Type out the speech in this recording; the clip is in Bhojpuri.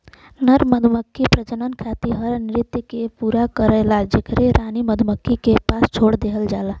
नर मधुमक्खी प्रजनन खातिर हर नृत्य के पूरा करला जेके रानी मधुमक्खी के पास छोड़ देहल जाला